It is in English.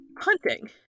hunting